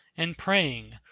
and praying,